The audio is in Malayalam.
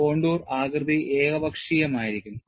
കോണ്ടൂർ ആകൃതി ഏകപക്ഷീയമായിരിക്കും